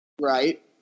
Right